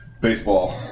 baseball